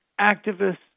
activists